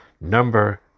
number